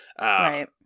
Right